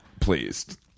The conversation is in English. pleased